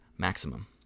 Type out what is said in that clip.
Maximum